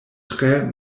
tre